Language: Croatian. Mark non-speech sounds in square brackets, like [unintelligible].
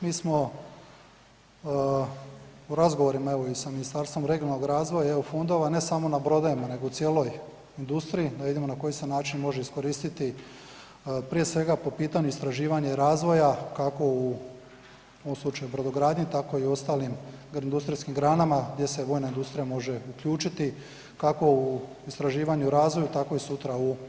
Mi smo u razgovorima evo i sa Ministarstvom regionalnog razvoja i EU fondova ne samo na brodovima nego i u cijeloj industriji, da vidimo na koji se način može iskoristiti prije svega po pitanju istraživanje razvoja kako u ovom slučaju brodogradnje, tako i u ostalim industrijskim granama, gdje se vojna industrija može uključiti, kako u istraživanju i razvoju, tako i sutra ... [unintelligible] gledamo u korištenju proizvoda.